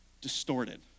distorted